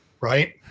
Right